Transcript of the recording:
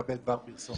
לקבל דבר פרסומת.